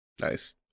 Nice